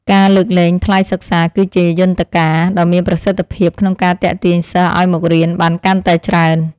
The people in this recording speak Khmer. ការលើកលែងថ្លៃសិក្សាគឺជាយន្តការដ៏មានប្រសិទ្ធភាពក្នុងការទាក់ទាញសិស្សឱ្យមករៀនបានកាន់តែច្រើន។